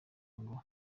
ngo